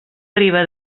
riba